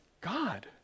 God